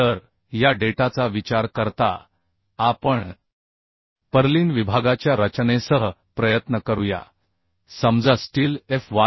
तर या डेटाचा विचार करता आपण पर्लिन विभागाच्या रचनेसह प्रयत्न करूया समजा स्टील Fy